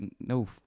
no